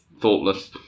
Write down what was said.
thoughtless